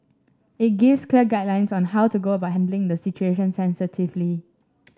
it gives clear guidelines on how to go about handling the situation sensitively